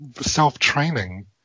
self-training